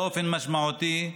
באופן משמעותי,